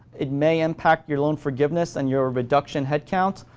it may impact your loan forgiveness and your reduction headcount,